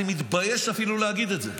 אני מתבייש אפילו להגיד את זה.